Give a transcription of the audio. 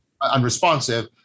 unresponsive